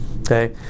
Okay